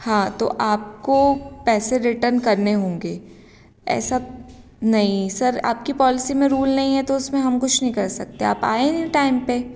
हाँ तो आपको पैसे रिटर्न करने होंगे ऐसा नहीं सर आपकी पॉलिसी में रूल नहीं है तो उसमें हम कुछ नहीं कर सकते आप आए ही नहीं टाइम पर